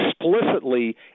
explicitly